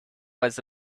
was